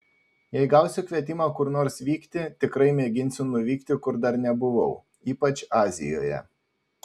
jei gausiu kvietimą kur nors vykti tikrai mėginsiu nuvykti kur dar nebuvau ypač azijoje